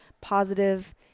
positive